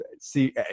see